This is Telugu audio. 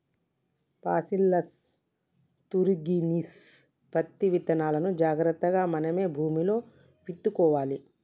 బాసీల్లస్ తురింగిన్సిస్ పత్తి విత్తనాలును జాగ్రత్తగా మనమే భూమిలో విత్తుకోవాలి